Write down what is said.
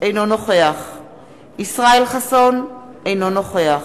אינו נוכח ישראל חסון, אינו נוכח